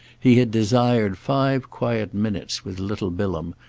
he had desired five quiet minutes with little bilham,